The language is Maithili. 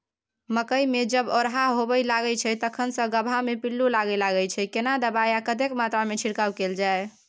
मकई मे जब ओरहा होबय लागय छै तखन से गबहा मे पिल्लू लागय लागय छै, केना दबाय आ कतेक मात्रा मे छिरकाव कैल जाय?